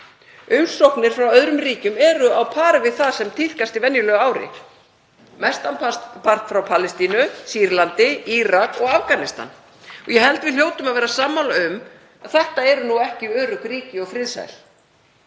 Umsóknir frá öðrum ríkjum eru á pari við það sem tíðkast í venjulegu ári, mestan part frá Palestínu, Sýrlandi, Írak og Afganistan og ég held að við hljótum að vera sammála um að þetta eru ekki örugg ríki og friðsæl.